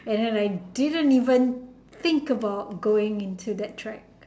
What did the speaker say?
and I like didn't even think about going into that track